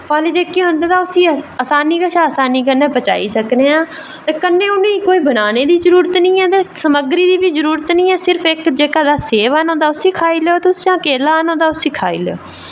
फल जेह्के होंदे तां अस उसी आसानी कशा आसानी कन्नै अस पचाई सकने आं ते कन्नै उ'नेंगी कोई बनाने दी जरूरत निं ऐ ते समग्री दी बी जरूरत निं ऐ बस इक्क सेव आह्न्नो उसी खाई लैओ जां इक्क केला आह्न्नो उसी खाई लैओ बस